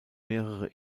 mehrere